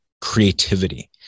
creativity